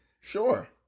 Sure